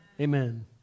Amen